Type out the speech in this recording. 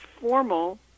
formal